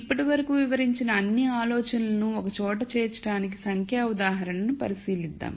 ఇప్పటి వరకు వివరించిన అన్ని ఆలోచనలను ఒకచోట చేర్చడానికి సంఖ్యా ఉదాహరణను పరిశీలిద్దాం